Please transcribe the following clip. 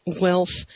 wealth